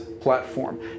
platform